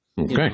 Okay